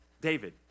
David